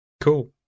Cool